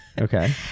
Okay